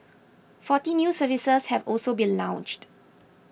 forty new services have also been launched